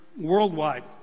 worldwide